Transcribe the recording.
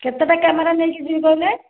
କେତେଟା କ୍ୟାମେରା ନେଇକି ଯିବି କହିଲେ